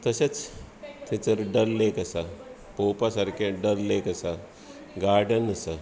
तशेंच थंयसर दल लेक आसा पळोवपा सारकी दल लेक आसा गार्डन आसा